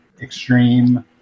extreme